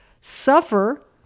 suffer